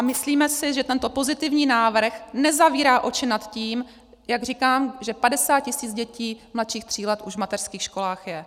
Myslíme si, že tento pozitivní návrh nezavírá oči nad tím, jak říkám, že 50 tisíc dětí mladších tří let už v mateřských školách je.